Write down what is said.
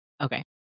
okay